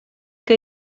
que